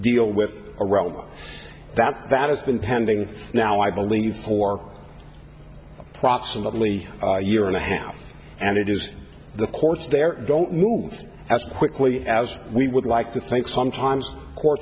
deal with around that that has been pending for now i believe or approximately a year and a half now and it is the courts there don't move as quickly as we would like to think sometimes